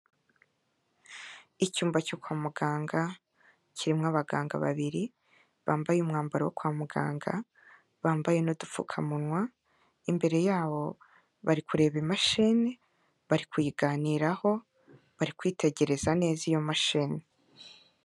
Icyumba cyo kwa muganga kirimo abaganga babiri bambaye umwambaro wo kwa muganga bambaye n'udupfukamunwa, imbere yabo bari kureba imashini bari kuyiganiraho, bari kwitegereza neza iyo mashini.